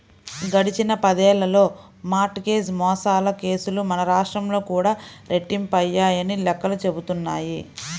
గడిచిన పదేళ్ళలో mortgage మోసాల కేసులు మన రాష్ట్రంలో కూడా రెట్టింపయ్యాయని లెక్కలు చెబుతున్నాయి